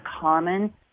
common